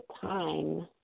time